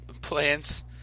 plants